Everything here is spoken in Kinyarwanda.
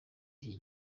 iki